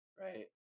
Right